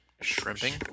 Shrimping